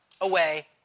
away